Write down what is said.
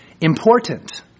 important